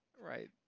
right